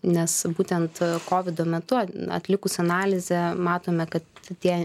nes būtent kovido metu atlikus analizę matome kad tie